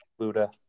Luda